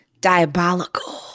diabolical